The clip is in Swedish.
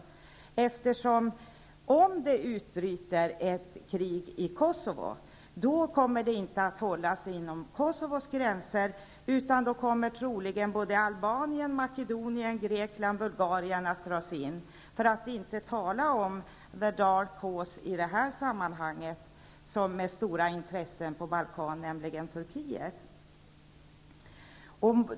Det är nämligen så att om ett krig utbryter ut i Kosovo, kommer det inte att hållas inom Kosovos gränser utan även Albanien, Makedonien, Grekland och Bulgarien kommer troligen att dras in, för att inte tala om ''The dark horse'' i det här sammanhanget, med stora intressen på Balkan, nämligen Turkiet.